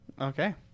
Okay